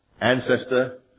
ancestor